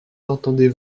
l’entendez